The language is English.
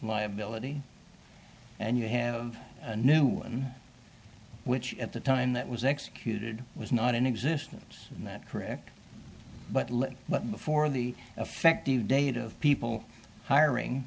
liability and you have a new one which at the time that was executed was not in existence in that correct but let but before the effective date of people hiring